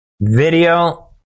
video